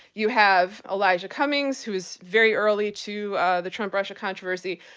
you have elijah cummings, who is very early to the trump-russia controversy,